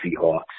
Seahawks